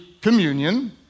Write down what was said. communion